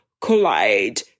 collide